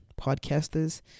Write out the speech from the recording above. podcasters